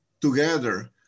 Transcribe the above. together